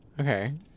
Okay